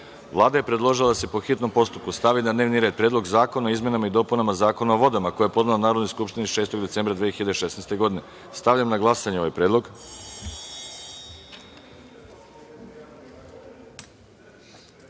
je predložila da se, po hitnom postupku, stavi na dnevni red – Predlog zakona o izmenama i dopunama Zakona o vodama, koji je podnela Narodnoj skupštini 6. decembra 2016. godine. Stavljam na glasanje ovaj